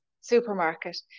supermarket